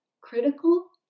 critical